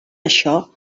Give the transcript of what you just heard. això